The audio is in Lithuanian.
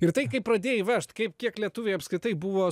ir tai kaip pradėjai vežt kaip kiek lietuviai apskritai buvo